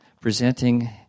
presenting